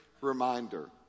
reminder